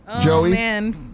Joey